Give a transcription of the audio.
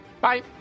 Bye